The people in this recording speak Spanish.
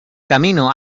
camino